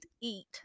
eat